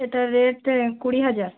এটার রেট কুড়ি হাজার